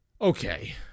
Okay